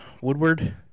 Woodward